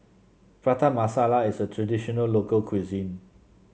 Prata Masala is a traditional local cuisine